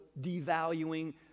devaluing